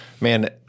Man